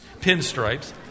pinstripes